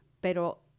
pero